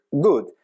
good